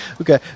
Okay